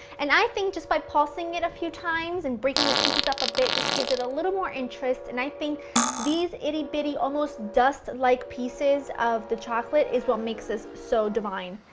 and i think that just by pulsing it a few times, and breaking the pieces up a bit just gives it a little more interest, and i think these itty bitty, almost dust-like pieces of the chocolate is what makes this so divine,